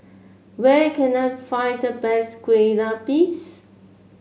where can I find the best Kueh Lupis